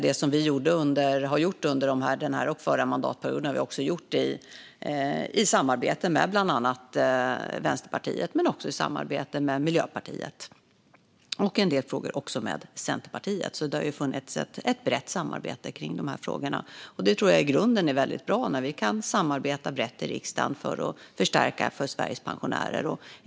Det som vi har gjort under den här och förra mandatperioden har vi gjort i samarbete med Vänsterpartiet och Miljöpartiet, i en del frågor också med Centerpartiet. Det har funnits ett brett samarbete kring de här frågorna. Det är i grunden väldigt bra, tror jag, när vi kan samarbeta brett i riksdagen för att förstärka för Sveriges pensionärer.